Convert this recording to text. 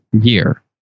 year